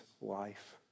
life